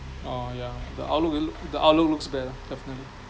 orh ya the outlook it look the outlook looks better definitely